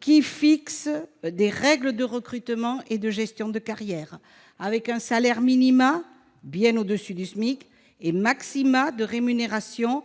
qui fixe des règles de recrutement et de gestion de carrière, avec un salaire minimum, bien au-dessus du SMIC, et une rémunération